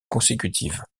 consécutive